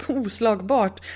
oslagbart